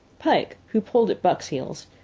pike, who pulled at buck's heels,